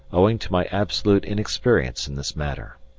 owing to my absolute inexperience in this matter.